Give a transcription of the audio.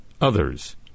others